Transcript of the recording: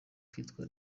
kwitwa